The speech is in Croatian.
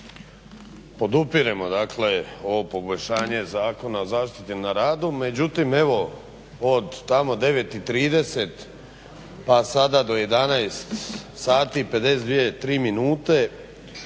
Podupiremo dakle ovo poboljšanje Zakona o zaštiti na radu, međutim evo od tamo 9,30 pa sada do 11,52